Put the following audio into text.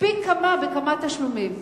פי כמה וכמה תשלומים.